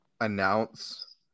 announce